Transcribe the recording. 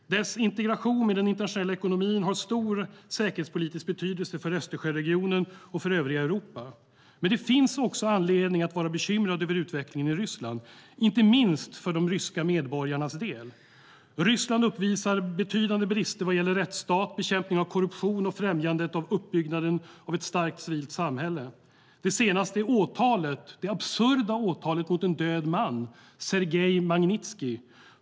Dess integration med den internationella ekonomin har stor säkerhetspolitisk betydelse för Östersjöregionen och för övriga Europa. Men det finns också anledning att vara bekymrad över utvecklingen i Ryssland, inte minst för de ryska medborgarnas del. Ryssland uppvisar betydande brister vad gäller rättsstat, bekämpning av korruption och främjandet av uppbyggnaden av ett starkt civilt samhälle. Det senaste är det absurda åtalet mot en död man, Sergej Magnitskij.